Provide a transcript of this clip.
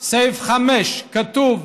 בסעיף 5 כתוב: